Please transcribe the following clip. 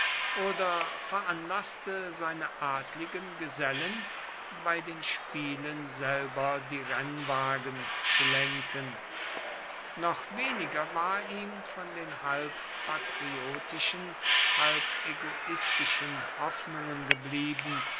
oder veranlaßte seine adligen gesellen bei den spielen selber die rennwagen zu lenken noch weniger war ihm von den halb patriotischen halb egoistischen hoffnungen geblieben